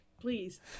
please